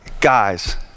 guys